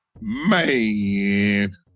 Man